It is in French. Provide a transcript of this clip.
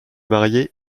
marié